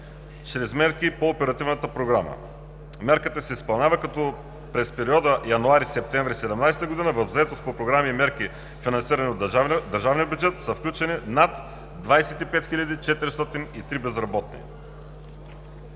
чрез мерки по оперативната програма – мярката се изпълнява. През периода месец януари – месец септември 2017 г., в заетост по програми и мерки, финансирани от държавния бюджет, са включени над 25 403 безработни.